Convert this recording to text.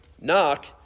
Knock